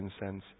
incense